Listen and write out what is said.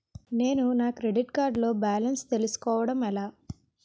నేను నా credit card లో బాలన్స్ తెలుసుకోవడం ఎలా?